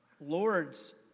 Lord's